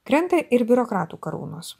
krenta ir biurokratų karūnos